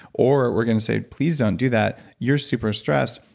or we're going to say, please don't do that you're super stressed.